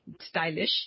stylish